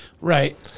Right